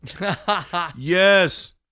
Yes